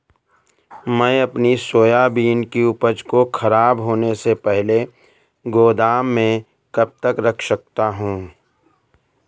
मैं अपनी सोयाबीन की उपज को ख़राब होने से पहले गोदाम में कब तक रख सकता हूँ?